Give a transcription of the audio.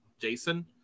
Jason